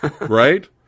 Right